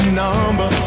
number